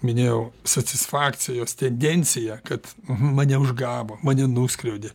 minėjau satisfakcijos tendenciją kad mane užgavo mane nuskriaudė